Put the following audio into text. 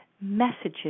messages